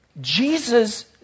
Jesus